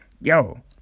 yo